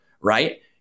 right